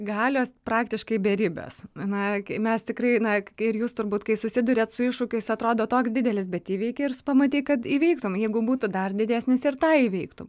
galios praktiškai beribės na mes tikrai na kai ir jūs turbūt kai susiduriat su iššūkiais atrodo toks didelis bet įveiki ir pamatei kad įveiktum jeigu būtų dar didesnis ir tą įveiktum